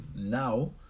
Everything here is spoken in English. now